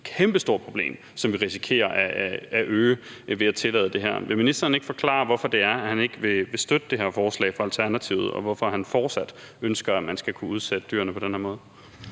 et kæmpestort problem lige nu, som vi risikerer at forværre ved at tillade det her. Vil ministeren ikke forklare, hvorfor det er, at han ikke vil støtte det her forslag fra Alternativet, og hvorfor han fortsat ønsker, at man skal kunne udsætte dyrene på den her måde?